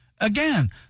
Again